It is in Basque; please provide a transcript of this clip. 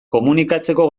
komunikatzeko